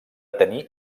tenir